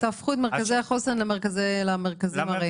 תהפכו את מרכזי החוסן למרכזים הארעיים.